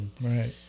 Right